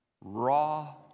raw